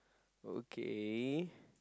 okay